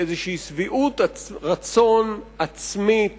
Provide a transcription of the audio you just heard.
באיזושהי שביעות רצון עצמית